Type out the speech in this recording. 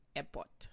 airport